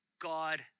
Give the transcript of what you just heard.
God